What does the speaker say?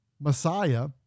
Messiah